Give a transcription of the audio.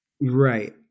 right